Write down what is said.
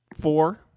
four